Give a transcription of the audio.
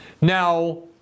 Now